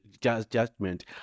judgment